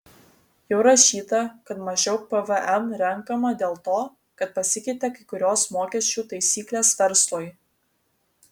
jau rašyta kad mažiau pvm renkama dėl to kad pasikeitė kai kurios mokesčių taisyklės verslui